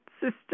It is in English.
Sister